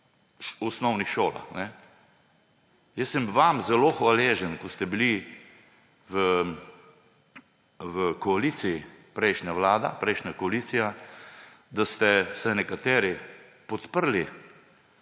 osnovnih šolah. Jaz sem vam zelo hvaležen, ko ste bili v koaliciji, prejšnja vlada, prejšnja koalicija, da ste vsaj nekateri podprli